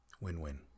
Win-win